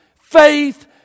faith